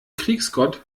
kriegsgott